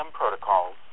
protocols